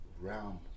realm